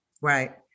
Right